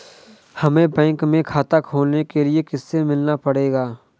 हमे बैंक में खाता खोलने के लिए किससे मिलना पड़ेगा?